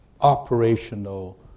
operational